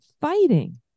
fighting